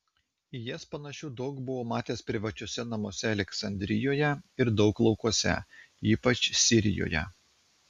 į jas panašių daug buvau matęs privačiuose namuose aleksandrijoje ir daug laukuose ypač sirijoje